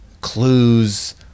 clues